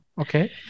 Okay